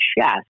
chest